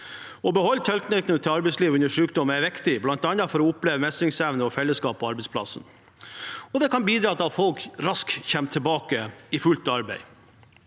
Å beholde tilknytningen til arbeidslivet under sykdom er viktig, bl.a. for å oppleve mestringsevne og fellesskap på arbeidsplassen, og det kan bidra til at folk raskt kommer tilbake i fullt arbeid.